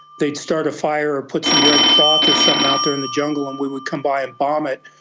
they would start a fire or put some red cloth or something out there in the jungle and we would come by and bomb it,